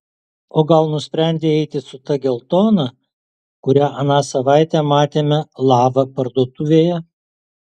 o gal nusprendei eiti su ta geltona kurią aną savaitę matėme lava parduotuvėje